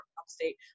upstate